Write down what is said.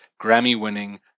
Grammy-winning